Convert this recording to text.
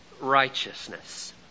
righteousness